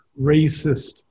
racist